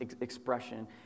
expression